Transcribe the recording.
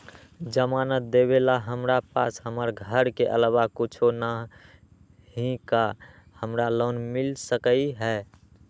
जमानत देवेला हमरा पास हमर घर के अलावा कुछो न ही का हमरा लोन मिल सकई ह?